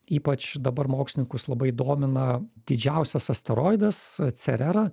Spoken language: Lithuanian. ypač dabar mokslininkus labai domina didžiausias asteroidas cerera